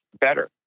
better